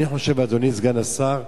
אני חושב, אדוני סגן השר,